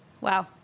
Wow